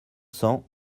cents